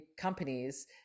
companies